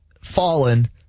fallen